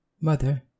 Mother